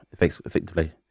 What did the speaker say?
effectively